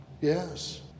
Yes